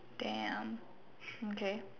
damn okay